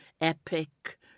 epic